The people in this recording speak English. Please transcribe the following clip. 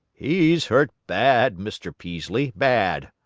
he's hurt bad, mr. peaslee, bad,